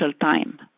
time